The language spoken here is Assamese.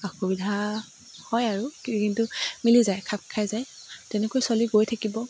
অসুবিধা হয় আৰু কিন্তু মিলি যায় খাপ খায় যায় তেনেকৈ চলি গৈ থাকিব